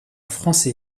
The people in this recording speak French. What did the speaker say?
français